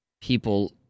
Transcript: people